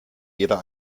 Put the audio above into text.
jeder